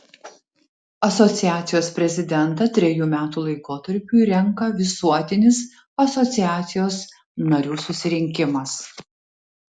asociacijos prezidentą trejų metų laikotarpiui renka visuotinis asociacijos narių susirinkimas